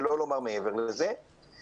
שלא לומר מעבר לזה,